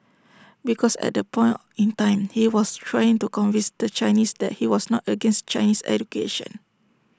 because at that point in time he was trying to convince the Chinese that he was not against Chinese education